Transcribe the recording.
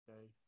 okay